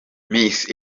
miss